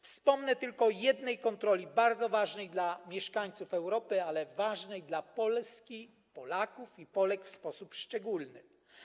Wspomnę tylko o jednej kontroli, bardzo ważnej dla mieszkańców Europy, ale ważnej dla Polski, Polaków i Polek w sposób szczególny.